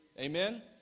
Amen